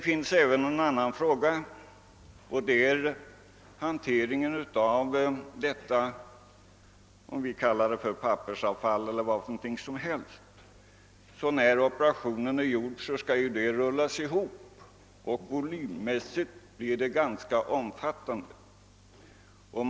Vidare har vi frågan om hanteringen av pappersavfallet — eller hur vi nu skall kalla det. När operationen är klar skall det avfallet rullas ihop, vilket volymmässigt blir ett ganska omfattande paket.